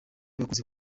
bakunze